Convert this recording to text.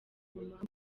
mpamvu